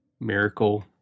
miracle